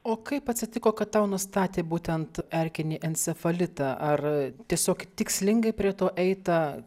o kaip atsitiko kad tau nustatė būtent erkinį encefalitą ar tiesiog tikslingai prie to eita